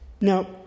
Now